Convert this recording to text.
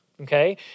Okay